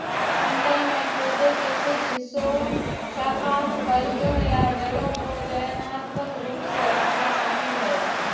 छंटाई में पौधे के कुछ हिस्सों शाखाओं कलियों या जड़ों को चयनात्मक रूप से हटाना शामिल है